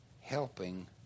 helping